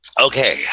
Okay